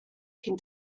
cyn